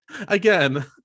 again